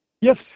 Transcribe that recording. Yes